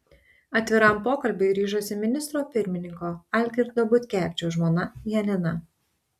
atviram pokalbiui ryžosi ministro pirmininko algirdo butkevičiaus žmona janina